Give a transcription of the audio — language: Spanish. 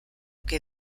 que